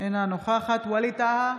אינה נוכחת ווליד טאהא,